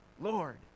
Lord